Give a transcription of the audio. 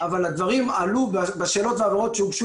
אבל הדברים עלו בשאלות והבהרות שהוגשו